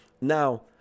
Now